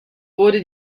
wurde